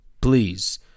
please